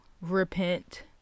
repent